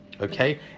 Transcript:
okay